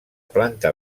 planta